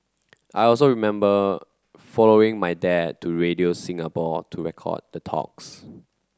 I also remember following my dad to Radio Singapore to record the talks